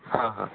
हां हां